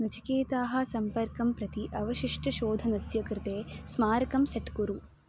नचिकेताः सम्पर्कं प्रति अवशिष्टशोधनस्य कृते स्मारकं सेट् कुरु